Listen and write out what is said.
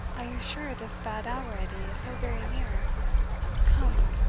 are you sure this bad hour, edie, is so very near come,